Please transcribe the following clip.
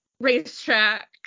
racetrack